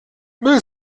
müll